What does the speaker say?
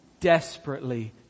desperately